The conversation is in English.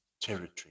territory